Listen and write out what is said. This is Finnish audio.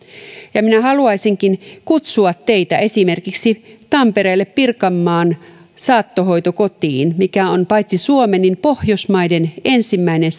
ja minä haluaisinkin kutsua teitä esimerkiksi tampereelle pirkanmaan saattohoitokotiin mikä on paitsi suomen myös pohjoismaiden ensimmäinen